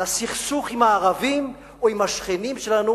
לסכסוך עם הערבים או עם השכנים שלנו,